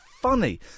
funny